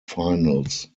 finals